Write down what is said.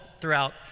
throughout